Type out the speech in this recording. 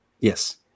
Yes